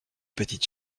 petite